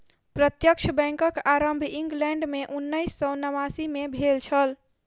प्रत्यक्ष बैंकक आरम्भ इंग्लैंड मे उन्नैस सौ नवासी मे भेल छल